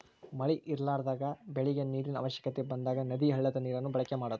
ಮಳಿ ಇರಲಾರದಾಗ ಬೆಳಿಗೆ ನೇರಿನ ಅವಶ್ಯಕತೆ ಬಂದಾಗ ನದಿ, ಹಳ್ಳದ ನೇರನ್ನ ಬಳಕೆ ಮಾಡುದು